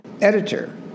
editor